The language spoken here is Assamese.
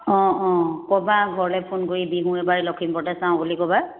অঁ অঁ ক'বা ঘৰলৈ ফোন কৰি দি বিহু এইবাৰ লখিমপুৰতে চাওঁ বুলি ক'বা